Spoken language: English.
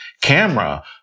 camera